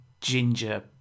ginger